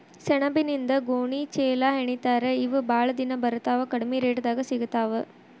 ಸೆಣಬಿನಿಂದ ಗೋಣಿ ಚೇಲಾಹೆಣಿತಾರ ಇವ ಬಾಳ ದಿನಾ ಬರತಾವ ಕಡಮಿ ರೇಟದಾಗ ಸಿಗತಾವ